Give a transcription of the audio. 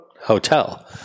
Hotel